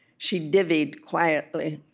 she divvied quietly